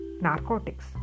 narcotics